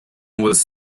was